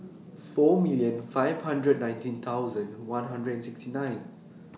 four million five hundred nineteen thousand one hundred sixty nine